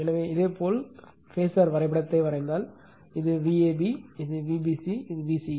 எனவே இதேபோல் பேஸர் வரைபடத்தை வரைந்தால் இது Vab இது Vbc இது Vca